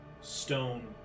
stone